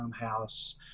house